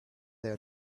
her